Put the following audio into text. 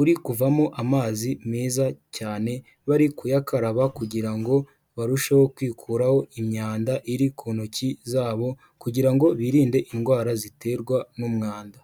uri kuvamo amazi meza cyane, bari kuyakaraba kugira ngo barusheho kwikuraho imyanda iri ku ntoki zabo kugira ngo ngo birinde indwara ziterwa n'umwanda.